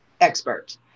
expert